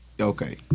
Okay